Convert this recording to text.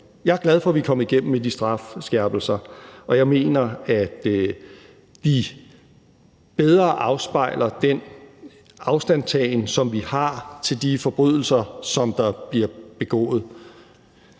Jeg er glad for, at vi kom igennem med de strafskærpelser, og jeg mener, at de bedre afspejler den afstandtagen, som vi har til de forbrydelser, som der bliver begået.